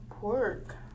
Pork